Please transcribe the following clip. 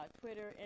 Twitter